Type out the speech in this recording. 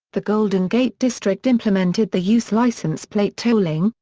the golden gate district implemented the use license plate tolling,